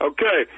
Okay